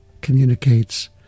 communicates